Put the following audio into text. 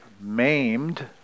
maimed